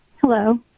Hello